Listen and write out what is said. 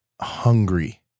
hungry